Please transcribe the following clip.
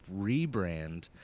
rebrand